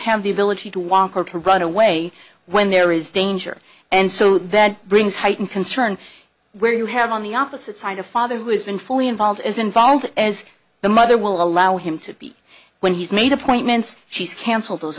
have the ability to walk or to run away when there is danger and so that brings heightened concern where you have on the opposite side a father who has been fully involved as involved as the mother will allow him to be when he's made appointments she's cancelled those